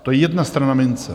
To je jedna strana mince.